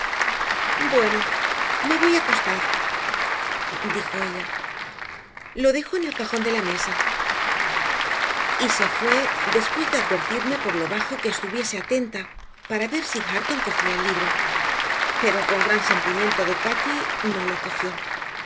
bueno me voy a acostar dijo ella lo dejo en el cajón de la mesa y se fue después de advertirme por lo bajo que estuviese atenta para ver si hareton cogía el libro pero con gran sentimiento de cati no lo cogió